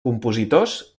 compositors